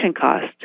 cost